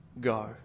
go